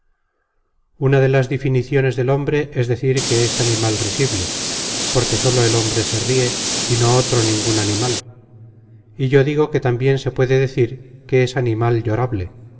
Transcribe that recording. una de las difiniciones del hombre es decir que es animal risible porque sólo el hombre se rie y no otro ningun animal y yo digo que tambien se puede decir que es animal llorable